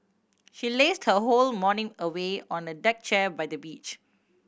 she lazed her whole morning away on a deck chair by the beach